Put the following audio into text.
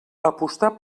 apostar